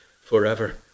forever